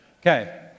Okay